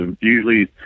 usually